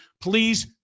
Please